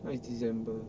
now is december